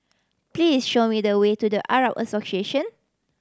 please show me the way to The Arab Association